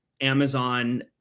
Amazon